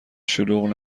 شلوغ